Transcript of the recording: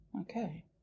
Okay